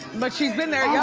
but she's in there, yeah